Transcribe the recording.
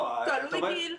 תלוי גיל.